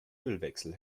ölwechsel